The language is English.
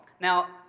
Now